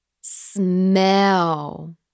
smell